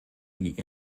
die